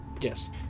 Yes